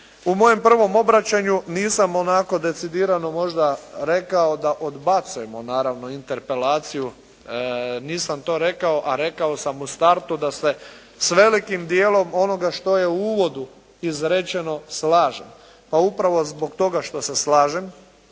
U mojem prvom obraćanju nisam onako decidirano možda rekao da odbacujemo naravno interpelaciju, nisam to rekao, a rekao sam u startu da se sa velikim dijelom onoga što je u uvodu izrečeno slažem. Pa upravo zbog toga što se slažem,